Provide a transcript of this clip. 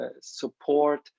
support